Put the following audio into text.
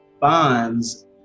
bonds